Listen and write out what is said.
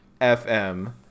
FM